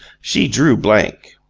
she drew blank.